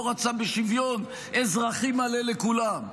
לא רצה בשוויון אזרחי מלא לכולם,